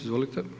Izvolite.